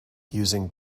using